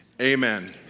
amen